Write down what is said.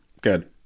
Good